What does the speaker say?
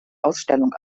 ausstellung